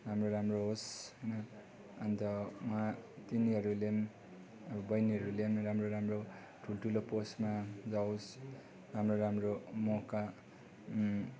राम्रो राम्रो होस् होइन अन्त वहाँ तिनीहरूले पनि अब बहिनीहरूले पनि अब राम्रो राम्रो ठुलठुलो पोस्टमा जाओस् राम्रो राम्रो मौका